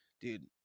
dude